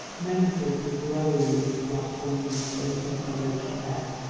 nemesis was lowering its black wings over his devoted head,